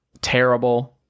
terrible